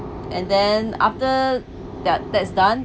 and then after that that's done